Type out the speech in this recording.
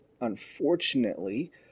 Unfortunately